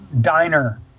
diner